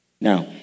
Now